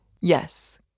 yes